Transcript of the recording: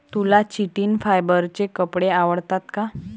तुला चिटिन फायबरचे कपडे आवडतात का?